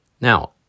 Now